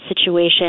situation